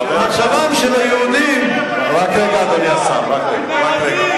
מצבם של היהודים, אדוני השר, רק רגע.